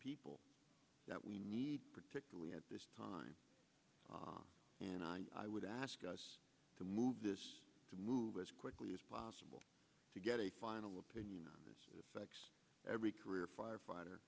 people that we need particularly at this time and i would ask us to move this to move as quickly as possible to get a final opinion on this affects every career firefighter